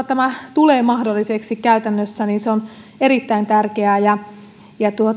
tämä tulee mahdolliseksi myös käytännössä ja se on erittäin tärkeää